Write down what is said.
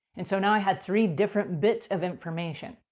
and so, now i had three different bits of information.